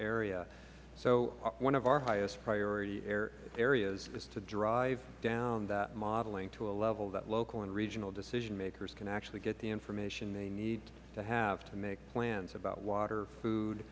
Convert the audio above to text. area one of our highest priority areas is to drive down that modeling to a level that local and regional decision makers can actually get the information they need to have to make plans about water food